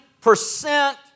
percent